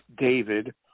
David